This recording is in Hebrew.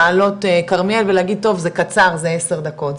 מעלות כרמיאל ולהגיד טוב זה קצר זה עשר דקות,